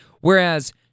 Whereas